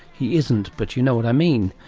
he isn't, but you know what i mean.